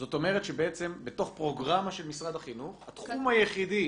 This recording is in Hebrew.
זאת אומרת שבעצם בתוך פרוגרמה של משרד החינוך התחום היחידי